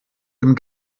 dem